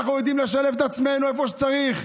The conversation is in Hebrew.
אנחנו יודעים לשלב את עצמנו איפה שצריך,